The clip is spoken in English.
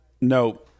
No